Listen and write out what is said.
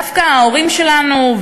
דווקא ההורים שלנו,